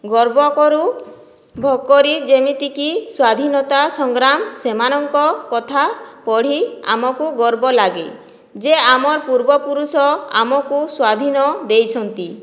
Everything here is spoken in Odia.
ଗର୍ବ କରୁ ଭକରି ଯେମିତିକି ସ୍ଵାଧିନତା ସଂଗ୍ରାମ ସେମାନଙ୍କ କଥା ପଢ଼ି ଆମକୁ ଗର୍ବ ଲାଗେ ଯେ ଆମର ପୂର୍ବପୁରୁଷ ଆମକୁ ସ୍ଵାଧୀନ ଦେଇଛନ୍ତି